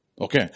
Okay